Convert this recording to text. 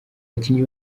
abakinnyi